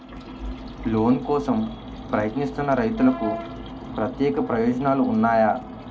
Loan కోసం ప్రయత్నిస్తున్న రైతులకు ప్రత్యేక ప్రయోజనాలు ఉన్నాయా?